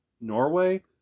Norway